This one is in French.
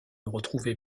retrouver